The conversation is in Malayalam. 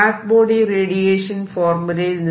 black body radiation formula blackbody radiation formula